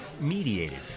mediated